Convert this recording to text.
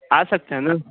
आ सकते है न